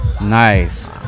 nice